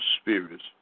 spirits